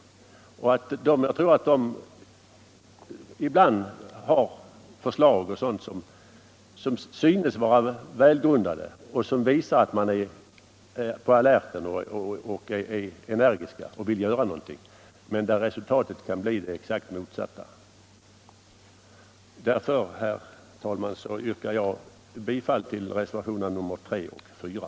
Jag tror också att de ibland lägger fram förslag som synes vara välgrundade och som visar att förslagsställarna är alerta och energiska och att de vill göra någonting, men där resultatet kan bli det exakt motsatta. Herr talman! Jag yrkar bifall till reservationerna 3 och 4.